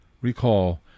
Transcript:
Recall